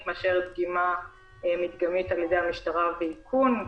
מאשר דגימה מדגמית על-ידי המשטרה ואיכון.